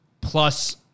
plus